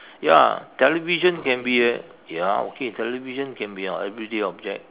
ya television can be a ya okay television can be our everyday object